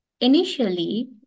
initially